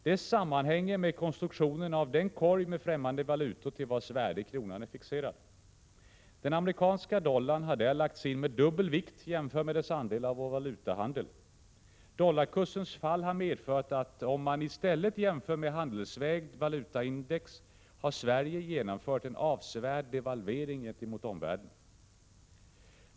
Det sammanhänger med konstruktionen av den korg med främmande valutor till vars värde kronan är fixerad. Den amerikanska dollarn har där lagts in med dubbel vikt jämfört med dess andel av vår valutahandel. Om man i stället jämför med handelsvägt valutaindex ser man att dollarkursens fall har medfört att Sverige genomfört en avsevärd devalvering gentemot omvärlden.